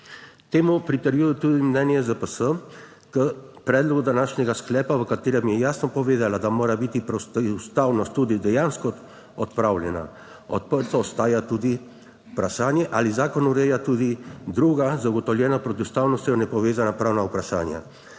Temu pritrjuje tudi mnenje ZPS k predlogu današnjega sklepa, v katerem je jasno povedala, da mora biti protiustavnost tudi dejansko odpravljena. Odprto ostaja tudi vprašanje, ali zakon ureja tudi druga zagotovljena s protiustavnostjo nepovezana pravna vprašanja?